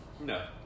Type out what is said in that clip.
No